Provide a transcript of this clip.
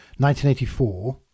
1984